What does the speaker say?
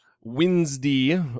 Wednesday